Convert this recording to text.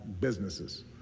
businesses